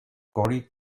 cory